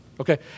okay